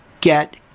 Get